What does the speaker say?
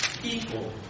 people